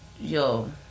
Yo